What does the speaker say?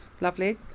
Lovely